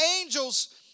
angel's